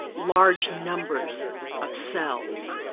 large numbers of cells,